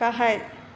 गाहाय